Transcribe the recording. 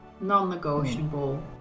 non-negotiable